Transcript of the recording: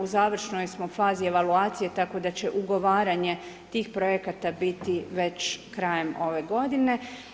U završnoj smo fazi evaluacije tako da će ugovaranje tih projekata biti već krajem ove godine.